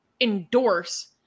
endorse